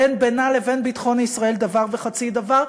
ואין בינה ובין ביטחון ישראל דבר וחצי דבר.